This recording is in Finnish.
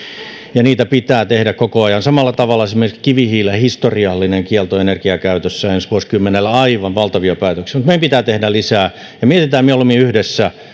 ja niitä pitää tehdä koko ajan samalla tavalla kuin esimerkiksi kivihiilen historiallinen kielto energiakäytössä ensi vuosikymmenellä aivan valtavia päätöksiä mutta meidän pitää tehdä lisää ja mietitään mieluummin yhdessä